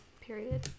period